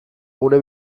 gure